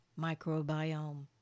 microbiome